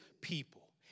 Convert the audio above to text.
people